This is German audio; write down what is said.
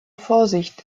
vorsicht